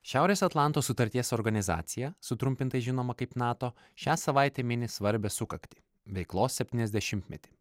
šiaurės atlanto sutarties organizacija sutrumpintai žinoma kaip nato šią savaitę mini svarbią sukaktį veiklos septyniasdešimtmetį